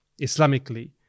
Islamically